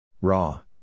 Raw